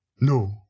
No